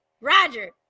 Roger